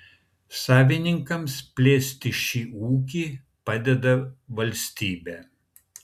savininkams plėsti šį ūkį padeda valstybė